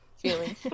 feeling